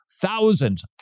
thousands